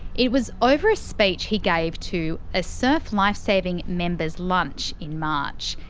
it was over a speech he gave to a surf lifesaving members lunch in march.